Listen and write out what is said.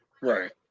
Right